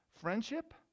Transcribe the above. Friendship